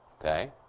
Okay